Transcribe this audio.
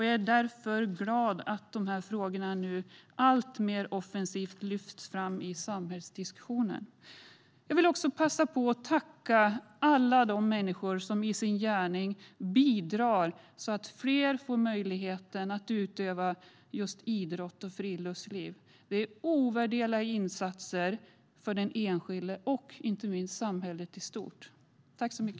Jag är därför glad att de här frågorna alltmer offensivt lyfts fram i samhällsdiskussionerna. Jag vill också passa på att tacka alla de människor som i sin gärning bidrar till att fler får möjligheten att utöva idrott och friluftsliv. Det är ovärderliga insatser för den enskilde och inte minst samhället i stort. Tack!